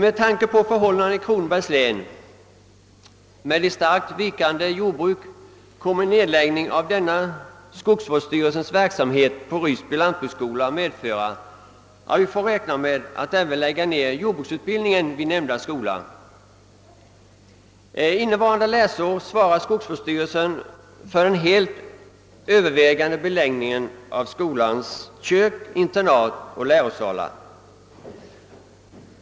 Med tanke på förhållandena i Kronobergs län, med ett starkt vikande jordbruk, kommer en nedläggning av skogsvårdsstyrelsens verksamhet på Ryssby lantbruksskola att leda till att vi får räkna med att lägga ned även jordbruksutbildningen vid skolan. Innevarande läsår svarar skogsvårdsstyrelsen för den helt övervägande beläggningen av skolans kök, internat och lärosalar.